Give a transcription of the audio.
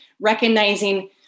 recognizing